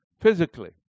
physically